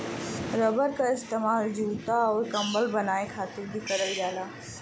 rubber क इस्तेमाल जूता आउर कम्बल बनाये खातिर भी करल जाला